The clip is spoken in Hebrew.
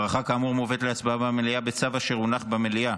הארכה כאמור מובאת להצבעה במליאה בצו אשר הונח במליאה.